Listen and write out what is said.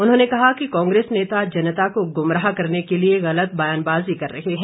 उन्होंने कहा कि कांग्रेस नेता जनता को गुमराह करने के लिए गलत व्यानबाजी कर रहे हैं